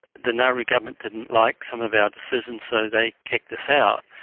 the nauru government didn't like some of our decisions so they kicked us out.